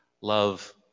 love